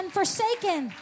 forsaken